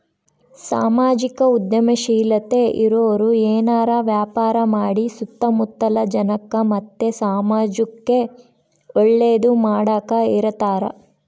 ಸಾಮಾಜಿಕ ಉದ್ಯಮಶೀಲತೆ ಇರೋರು ಏನಾರ ವ್ಯಾಪಾರ ಮಾಡಿ ಸುತ್ತ ಮುತ್ತಲ ಜನಕ್ಕ ಮತ್ತೆ ಸಮಾಜುಕ್ಕೆ ಒಳ್ಳೇದು ಮಾಡಕ ಇರತಾರ